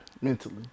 mentally